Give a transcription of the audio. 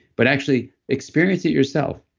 but actually experience it yourself?